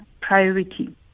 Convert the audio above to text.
priority